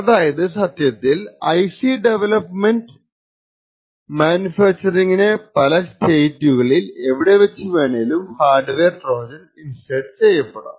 അതായത് സത്യത്തിൽ IC development മാനുഫാക്ചാറിങ്ങിന്റെ പല സ്റ്റേജുകളിൽ എവിടെവച്ചു വേണേലും ഹാർഡ്വെയർ ട്രോജൻ ഇൻസേർട് ചെയ്യപെടാം